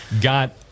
got